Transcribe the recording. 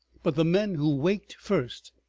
but the men who waked first,